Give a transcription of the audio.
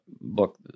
book